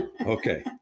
okay